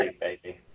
baby